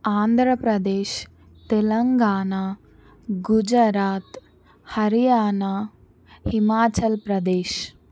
Andhra Pradesh Telangana Gujarat Haryana Himachal Pradesh